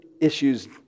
issues